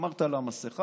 שמרת על המסכה,